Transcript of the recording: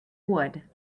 wood